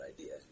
idea